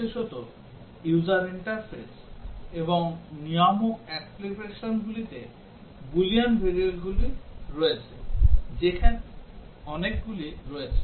বিশেষত user interface এবং নিয়ামক অ্যাপ্লিকেশনগুলিতে বুলিয়ান variableগুলি রয়েছে এখানে অনেকগুলি রয়েছে